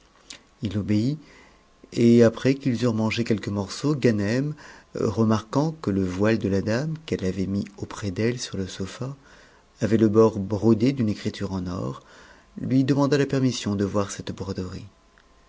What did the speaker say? ji obéit et après qu'ils eurent mangé quelques morceaux ganem mnmrquant que le voile de la dame qu'elle avait mis auprès d'elle sur le soi avait le bord brodé d'une écriture en or lui demanda la permission d voir cette broderie